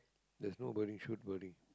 there's no wording shoot wording